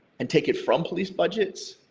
and take it from police budgets,